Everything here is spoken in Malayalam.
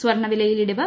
സ്വർണ്ണവിലയിൽ ഇടിവ്